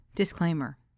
Disclaimer